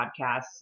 podcasts